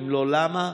4. אם לא, למה?